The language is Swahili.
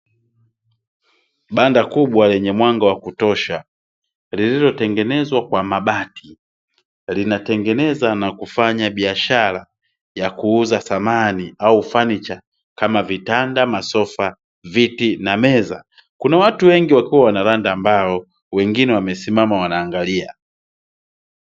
Banda kubwa lenye mwanga wa kutosha, lililotengenezwa kwa mabati. Linatengeneza na kufanya biashara, ya kuuza samani au fanicha kama vitanda, masofa, viti na meza. Kuna watu wengi wakiwa wanaranda mbao, wengine wamesimama wanaangalia.